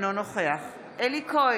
אינו נוכח אלי כהן,